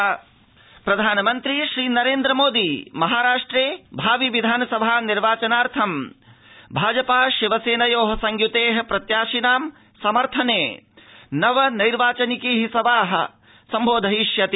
प्रधानमन्त्री जनसभा प्रधानमन्त्री श्रीनरेन्द्रमोदी महाराष्ट्रे भावि विधानसभा निर्वाचनार्थं भाजपा शिवसेनयोः संयुतेः प्रत्याशिनां समर्थने नव नैर्वाचनिकीः जनसभाः सम्बोधयिष्यति